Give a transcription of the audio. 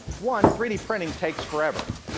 one, three d printing takes forever.